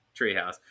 treehouse